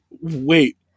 wait